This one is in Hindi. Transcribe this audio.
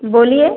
बोलिए